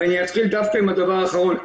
ואני אתחיל דווקא עם הדבר האחרון.